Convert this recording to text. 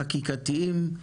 וחקיקתיים,